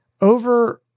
over